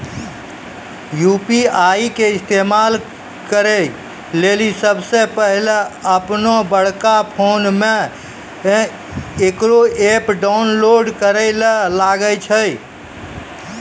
UPI के इस्तेमाल करै लेली सबसे पहिलै अपनोबड़का फोनमे इकरो ऐप डाउनलोड करैल लागै छै